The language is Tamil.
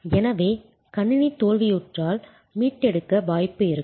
எனவே கணினி தோல்வியுற்றால் மீட்டெடுக்க வாய்ப்பு இருக்கும்